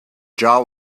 jaw